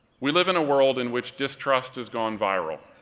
we live in a world in which distrust has gone viral.